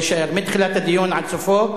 להישאר מתחילת הדיון עד סופו.